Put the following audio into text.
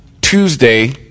Tuesday